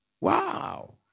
Wow